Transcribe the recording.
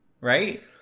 Right